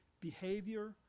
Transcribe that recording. Behavior